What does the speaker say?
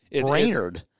Brainerd